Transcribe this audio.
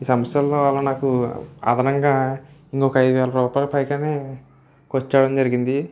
ఈ సమస్యల వల్ల నాకు అదనంగా ఇంకొక ఐదు వేల రూపాయలు పైగానే ఖర్చు అవడం జరిగింది